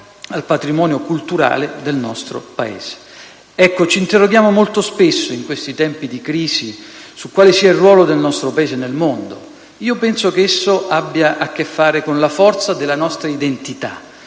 al patrimonio culturale del nostro Paese. Ci interroghiamo molto spesso in questi tempi di crisi su quale sia il ruolo del nostro Paese nel mondo: io penso che esso abbia a che fare con la forza della nostra identità,